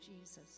Jesus